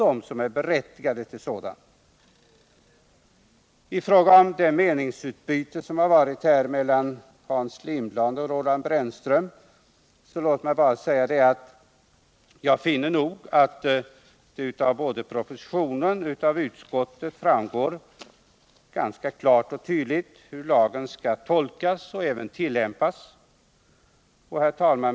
I fråga om det meningsutbyte som förekommit mellan Hans Lindblad och Roland Brännström vill jag bara säga att jag anser att det av både propositionen och utskottsbetänkandet framgår ganska klart och tydligt hur lagen skall tolkas och tillämpas. Herr talman!